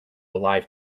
live